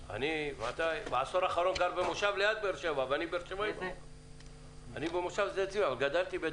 12:26.